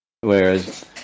whereas